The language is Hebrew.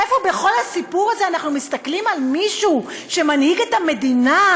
איפה בכל הסיפור הזה אנחנו מסתכלים על מישהו שמנהיג את המדינה?